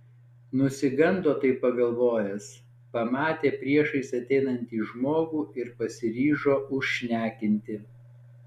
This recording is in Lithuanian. nusigando taip pagalvojęs pamatė priešais ateinanti žmogų ir pasiryžo užšnekinti